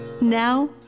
Now